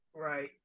right